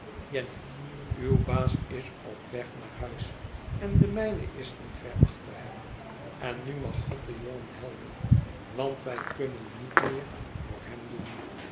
jenny uw baas is op weg naar huis en de mijne is niet ver achter hem en nu mag god den jongen helpen want wij kunnen niet meer voor hem doen